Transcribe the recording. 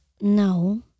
No